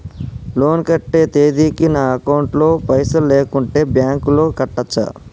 Loan కట్టే తేదీకి నా అకౌంట్ లో పైసలు లేకుంటే బ్యాంకులో కట్టచ్చా?